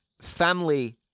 family